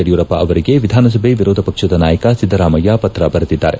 ಯಡಿಯೂರಪ್ಪ ಅವರಿಗೆ ವಿಧಾನಸಭೆ ವಿರೋಧ ಪಕ್ಷದ ನಾಯಕ ಸಿದ್ದರಾಮಯ್ಯ ಪತ್ರ ಬರೆದಿದ್ದಾರೆ